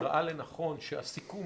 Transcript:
ראה לנכון שהסיכום